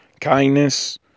kindness